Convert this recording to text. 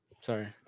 Sorry